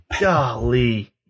golly